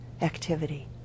activity